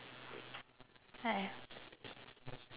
!haiya!